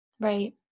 right